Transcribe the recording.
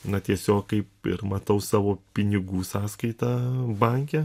na tiesiog kaip ir matau savo pinigų sąskaitą banke